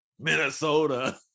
Minnesota